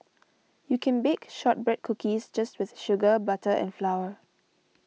you can bake Shortbread Cookies just with sugar butter and flour